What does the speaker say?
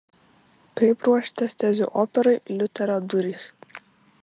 kaip ruošiatės tezių operai liuterio durys